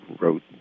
wrote